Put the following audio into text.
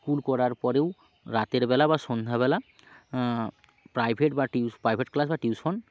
school করার পরেও রাতের বেলা বা সন্ধ্যাবেলা প্রাইভেট বা টিউশন প্রাইভেট ক্লাস বা টিউশন